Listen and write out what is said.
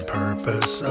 purpose